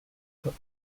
cook